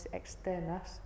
externas